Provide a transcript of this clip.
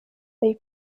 they